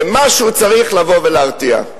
ומשהו צריך לבוא ולהרתיע.